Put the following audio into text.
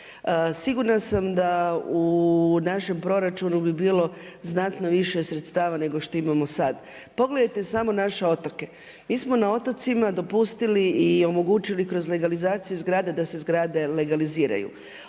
Sigurna sam da u našem proračunu bi bilo znatno više sredstava nego što imamo sada. Pogledajte samo naše otoke. Mi smo na otocima dopustili i omogućili kroz legalizaciju zgrada da se zgrade legaliziraju.